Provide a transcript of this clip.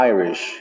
Irish